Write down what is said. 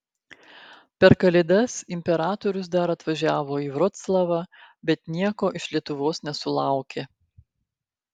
per kalėdas imperatorius dar atvažiavo į vroclavą bet nieko iš lietuvos nesulaukė